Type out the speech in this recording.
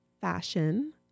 fashion